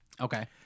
Okay